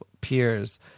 Peers